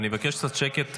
אני מבקש קצת שקט,